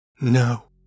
No